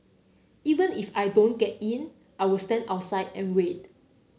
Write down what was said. even if I don't get in I'll stand outside and wait